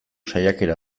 saiakera